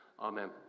Amen